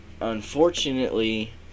unfortunately